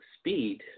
speed